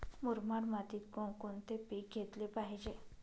मुरमाड मातीत कोणकोणते पीक घेतले पाहिजे?